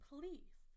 Please